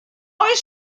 oes